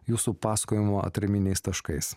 jūsų pasakojimo atraminiais taškais